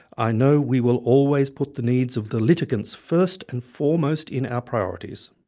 i know we will always put the needs of the litigants first and foremost in our priorities.